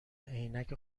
عینک